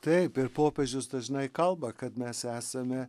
taip ir popiežius dažnai kalba kad mes esame